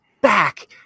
back